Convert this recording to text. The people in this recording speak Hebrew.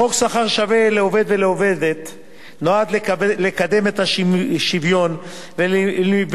חוק שכר שווה לעובדת ולעובד נועד לקדם את השוויון ולמנוע